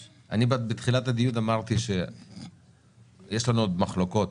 בתחילת הדיון אמרתי שיש לנו עוד מחלוקות,